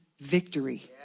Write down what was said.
victory